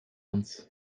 uns